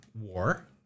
war